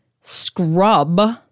Scrub